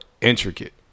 intricate